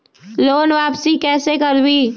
Loan वापसी कैसे करबी?